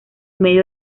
medio